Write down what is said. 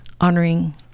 honoring